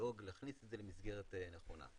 לדאוג להכניס את זה למסגרת נכונה.